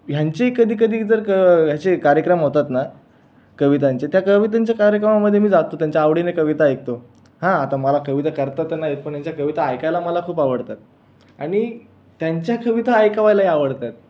ह्यांची कधीकधी जर असे कार्यक्रम होतात ना कवितांचे त्या कवितांच्या कार्यक्रमामध्ये मी जातो त्यांच्या आवडीने कविता ऐकतो हा आता मला कविता करता तर नाही येत पण ह्यांच्या कविता ऐकायला मला खूप आवडतात आणि त्यांच्या कविता ऐकवायलाही आवडतात